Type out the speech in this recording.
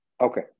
okay